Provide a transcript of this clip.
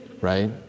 Right